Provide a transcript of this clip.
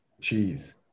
cheese